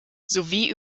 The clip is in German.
sowie